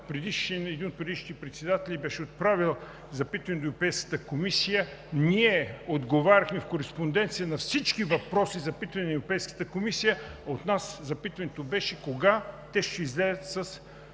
предишните председатели, беше отправил запитване до Европейската комисия. Ние отговаряхме в кореспонденция на всички въпроси и запитвания на Европейската комисия. От нас запитването беше: кога те ще излязат